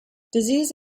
disease